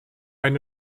eine